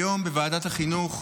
היום בוועדת החינוך,